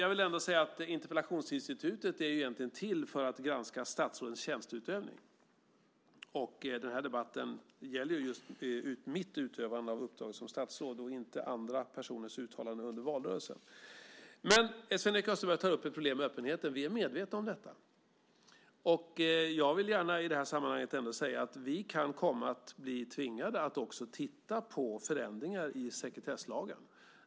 Interpellationsinstitutet är egentligen till för att granska statsrådens tjänsteutövning, och den här debatten gäller just mitt utövande av uppdraget som statsråd och inte andra personers uttalanden under valrörelsen. Sven-Erik Österberg tar upp ett problem med öppenheten. Vi är medvetna om detta. Jag vill gärna säga att vi kan komma att bli tvingade att också titta på förändringar i sekretesslagen.